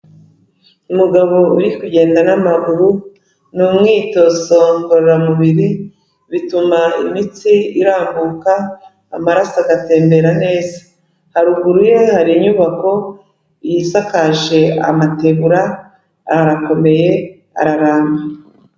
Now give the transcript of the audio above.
Umugabo uri kugenda n'amaguru, ni umyitozo ngororamubiri, bituma imitsi irambuka amaraso agatembera neza, haruguru ye hari inyubako isakaje amategura, arakomeye, araramba.